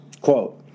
quote